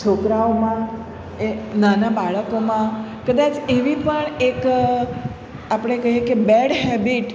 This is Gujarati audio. છોકરાઓમાં એ નાના બાળકોમાં કદાચ એવી પણ એક આપણે કહીએ કે બેડ હેબિટ